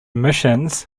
missions